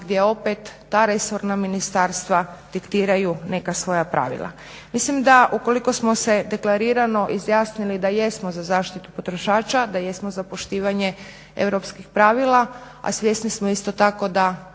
gdje opet ta resorna ministarstva diktiraju neka svoja pravila. Mislim da ukoliko smo se deklarirano izjasnili da jesmo za zaštitu potrošača da jesmo za poštivanje europskih pravila, a svjesni smo isto tako da